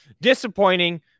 Disappointing